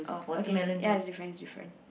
oh okay ya is different is different